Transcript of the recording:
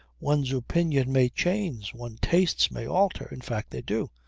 one's opinion may change one's tastes may alter in fact they do.